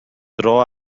dro